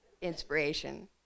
inspiration